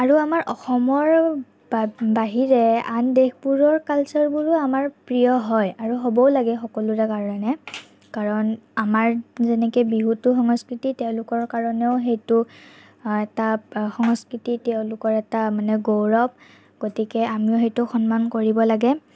আৰু আমাৰ অসমৰ বাহিৰে আন দেশবোৰৰ কালচাৰবোৰো আমাৰ প্ৰিয় হয় আৰু হ'বও লাগে সকলোৰে কাৰণে কাৰণ আমাৰ যেনেকৈ বিহুটো সংস্কৃতি তেওঁলোকৰ কাৰণেও সেইটো এটা সংস্কৃতি তেওঁলোকৰ এটা মানে গৌৰৱ গতিকে আমিও সেইটো সন্মান কৰিব লাগে